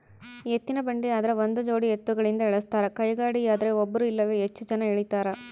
ಎತ್ತಿನಬಂಡಿ ಆದ್ರ ಒಂದುಜೋಡಿ ಎತ್ತುಗಳಿಂದ ಎಳಸ್ತಾರ ಕೈಗಾಡಿಯದ್ರೆ ಒಬ್ರು ಇಲ್ಲವೇ ಹೆಚ್ಚು ಜನ ಎಳೀತಾರ